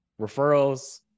referrals